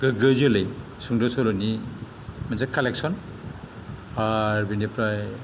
गोग्गो जोलै सुंद' सल'नि मोनसे कालेकशन आरो बिनिफ्राय